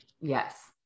Yes